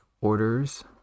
orders